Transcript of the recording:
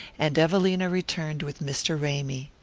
and evelina returned with mr. ramy.